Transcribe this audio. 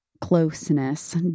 closeness